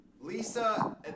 Lisa